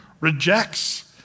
rejects